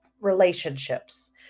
relationships